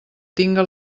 tinga